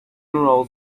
rolls